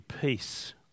peace